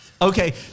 Okay